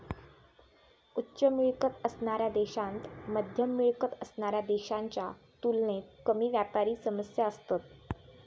उच्च मिळकत असणाऱ्या देशांत मध्यम मिळकत असणाऱ्या देशांच्या तुलनेत कमी व्यापारी समस्या असतत